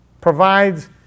provides